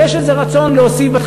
ויש איזה רצון להוסיף,